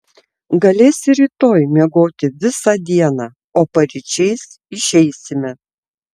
galėsi rytoj miegoti visą dieną o paryčiais išeisime